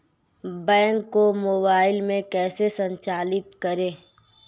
Bank को mobile में कैसे संचालित करें?